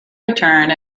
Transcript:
returned